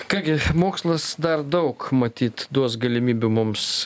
ką gi mokslas dar daug matyt duos galimybių mums